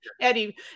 Eddie